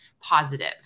positive